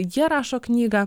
jie rašo knygą